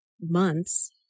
months